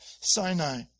Sinai